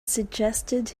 suggested